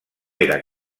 era